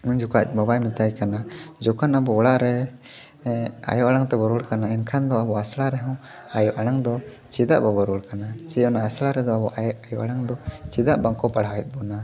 ᱩᱱᱡᱚᱠᱷᱟᱡ ᱟᱡ ᱵᱟᱵᱟᱭ ᱢᱮᱛᱟᱭ ᱠᱟᱱᱟ ᱡᱚᱠᱷᱚᱱ ᱟᱵᱚ ᱚᱲᱟᱜ ᱨᱮ ᱟᱭᱳ ᱟᱲᱟᱝ ᱛᱮᱵᱚ ᱨᱚᱲ ᱠᱟᱱᱟ ᱮᱱᱠᱷᱟᱱ ᱫᱚ ᱟᱵᱚ ᱟᱥᱲᱟ ᱨᱮᱦᱚᱸ ᱟᱭᱳ ᱟᱲᱟᱝ ᱫᱚ ᱪᱮᱫᱟᱜ ᱵᱟᱵᱚ ᱨᱚᱲ ᱠᱟᱱᱟ ᱪᱮ ᱚᱱᱟ ᱟᱥᱲᱟ ᱨᱮᱫᱚ ᱟᱭᱚ ᱟᱭᱚ ᱟᱲᱟᱝ ᱫᱚ ᱪᱮᱫᱟᱜ ᱵᱟᱝᱠᱚ ᱯᱟᱲᱦᱟᱣᱮᱫ ᱵᱚᱱᱟ